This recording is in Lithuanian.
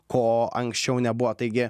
ko anksčiau nebuvo taigi